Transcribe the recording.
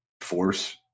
force—